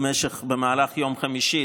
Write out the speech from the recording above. במהלך יום חמישי,